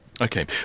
Okay